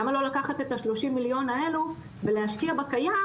למה לא לקחת את ה- 30 מיליון האלו ולהשקיע בקיים,